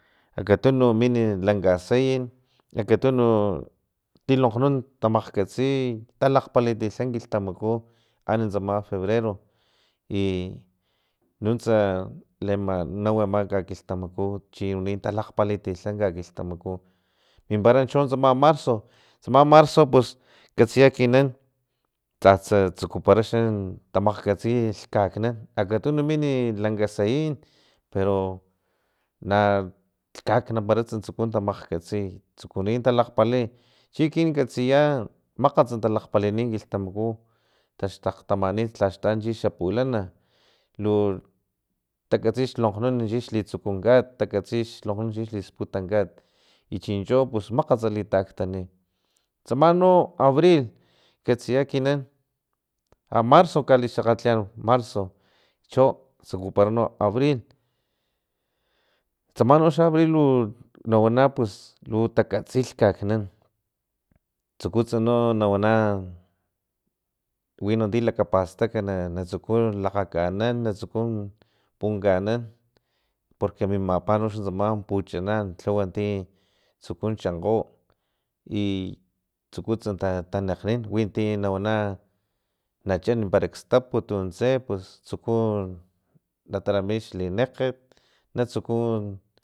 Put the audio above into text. Akatuni min lanka sayin akatunu tilokgnun tamakgkatsi talakgpalitilha kilhtamaku ani tsama febrero i nuntsa leemanau ama kakilhtamaku chiwani talakgpalitilhama kakilhtamaku mimpara tsama marzo tsama marzo pus katsiya ekinan tsatsa tsukupara xa tamakgkatsi lhaknan akatunu min lanka sayin pero na lhaknampara mimparatsa tsukutsa tamakgkatsi tsukuni talakgpali chiekin katsiya makgats talakgpalini lgilhtamaku taxtakgtamani lhalh xtanuts chi xapulana lu takatsi xlokgnun unoxa chix litsukut kat katsi xlokgnun xlisputan kat i chincho pus makgat litaktani tsama no abril katsiya ekinan marzo kali xakgatliyan marzo cho tsukuparano abril tsama no abril lu nawana pus lu takatsi lhaknan tsukutsa no nawana wino ti lakapastak natsuku lakgakanan natsuku punkanan porque mimapa noxa tsama puchanan lhuwa ti tsuku chankgo i tsukutsa tanakgnan wino ti nawana nachan parak stap tuntse pus tsuku natarami xlinekget natsuku